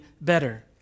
better